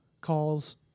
calls